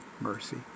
mercy